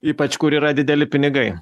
ypač kur yra dideli pinigai